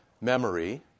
Memory